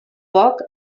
poc